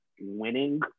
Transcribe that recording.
winning